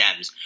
Dems